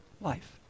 life